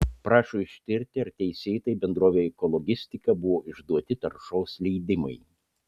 prašo ištirti ar teisėtai bendrovei ekologistika buvo išduoti taršos leidimai